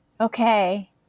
Okay